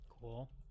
Cool